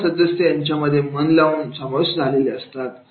सर्व सदस्य यांच्यामध्ये मन लावून समाविष्ट झालेले असतात